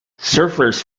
surfers